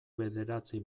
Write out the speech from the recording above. bederatzi